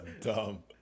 dumb